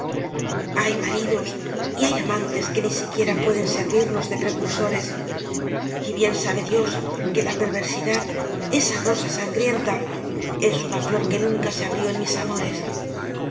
hay maridos y hay amantes que ni siquiera pueden servirnos de precursores y bien sabe dios que la perversidad esa rosa sangrienta es una flor que nunca se abrió en mis amores